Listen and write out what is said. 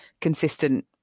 consistent